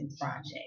project